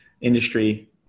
industry